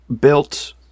built